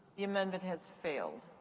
the amendment has failed.